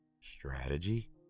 Strategy